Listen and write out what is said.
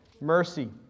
mercy